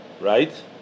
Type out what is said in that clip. right